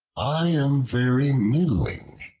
i am very middling,